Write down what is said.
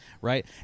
right